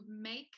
make